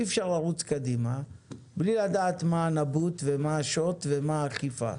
אי אפשר לרוץ קדימה בלי לדעת מה הנבוט ומה השוט ומה האכיפה.